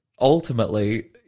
ultimately